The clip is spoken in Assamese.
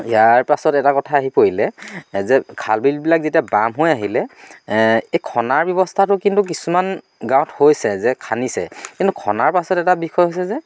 ইয়াৰ পাছত এটা কথা আহি পৰিলে যে খাল বিলবিলাক যেতিয়া বাম হৈ আহিলে এই খন্দাৰ ব্যৱস্থাটো কিন্তু কিছুমান গাঁৱত হৈছে যে খান্দিছে কিন্তু খন্দাৰ পাছত এটা বিষয় হৈছে যে